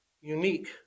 unique